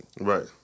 Right